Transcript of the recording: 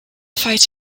fight